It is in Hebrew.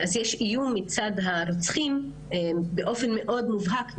אז יש איום מצד הרוצחים באופן מובהק,